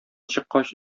чыккач